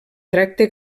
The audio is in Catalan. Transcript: tracte